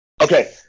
Okay